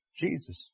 Jesus